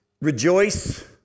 Rejoice